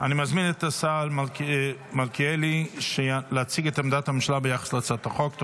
אני מזמין את השר מלכיאלי להציג את עמדת הממשלה ביחס להצעת החוק.